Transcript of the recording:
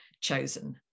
chosen